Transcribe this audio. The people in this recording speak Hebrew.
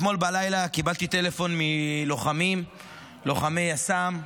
אתמול בלילה קיבלתי טלפון מלוחמי יס"מ.